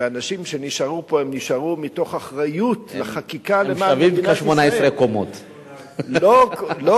והאנשים שנשארו פה נשארו מתוך אחריות לחקיקה למען מדינת ישראל.